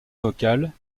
vocale